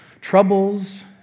troubles